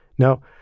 Now